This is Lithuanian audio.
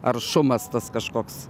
aršumas tas kažkoks